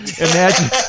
Imagine